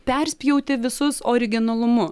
perspjauti visus originalumu